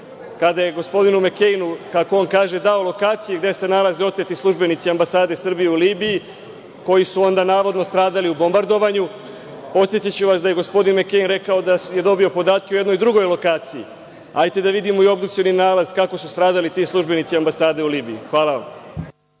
kada je gospodinu Mekejnu, kako on kaže, dao lokaciju gde se nalaze oteti službenici ambasade Srbije u Libiji, koji su onda navodno nastradali u bombardovanju. Podsetiću vas da je gospodin Mekejn rekao da je dobio podatke o jednoj drugoj lokaciji. Hajte da vidimo obdukcioni nalaz kako su stradali ti službeni ambasade u Libiji? Hvala vam.